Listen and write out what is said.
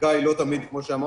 שהבדיקה היא לא תמיד כמו שאמרנו,